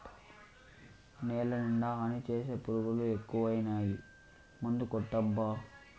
నేలనిండా హాని చేసే పురుగులు ఎక్కువైనాయి మందుకొట్టబ్బా